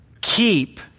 keep